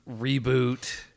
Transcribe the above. Reboot